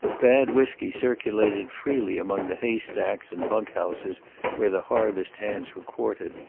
bad whiskey circulated freely among the hay stacks and bunk houses where the harvest hands were quartered,